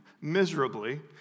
miserably